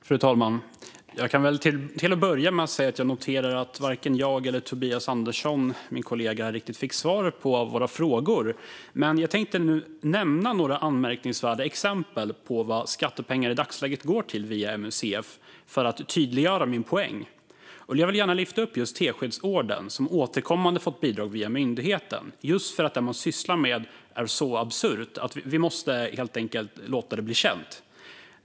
Fru talman! Jag kan till att börja med säga att jag noterar att varken jag eller min kollega Tobias Andersson riktigt fick svar på våra frågor. Men jag tänkte nu, för att tydliggöra min poäng, nämna några anmärkningsvärda exempel på vad skattepengar i dagsläget går till via MUCF. Jag vill gärna lyfta fram just Teskedsorden, som återkommande fått bidrag via myndigheten, just för att det som man sysslar med är så absurt att vi helt enkelt måste låta det bli känt.